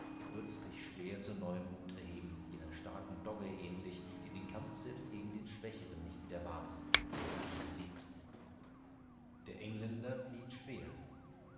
würd es sich schwer zu neuem mut erheben jener starken dogge ähnlich die den kampf selbst gegen den schwächeren nicht wieder wagt der sie einmal besiegt der engländer flieht schwer